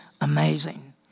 amazing